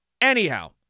Anyhow